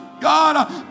God